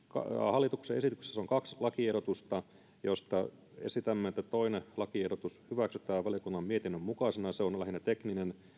hallituksen esityksessä on siis kaksi lakiehdotusta ja esitämme että toinen lakiehdotus hyväksytään valiokunnan mietinnön mukaisena se on on lähinnä tekninen